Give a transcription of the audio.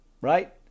Right